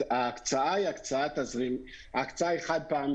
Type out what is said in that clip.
ההקצאה היא הקצאה חד-פעמית.